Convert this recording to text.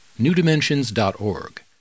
newdimensions.org